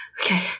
okay